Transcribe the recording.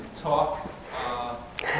talk